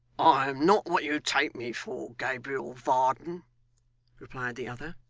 i am not what you take me for, gabriel varden replied the other.